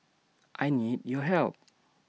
I need your help